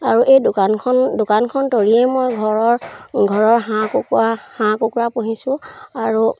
আৰু এই দোকানখন দোকানখন তৰিয়েই মই ঘৰৰ ঘৰৰ হাঁহ কুকুৰা হাঁহ কুকুৰা পুহিছোঁ আৰু